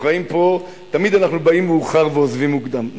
תמיד אנחנו באים מאוחר ועוזבים מוקדם,